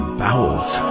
bowels